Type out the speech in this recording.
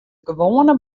gewoane